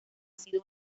sido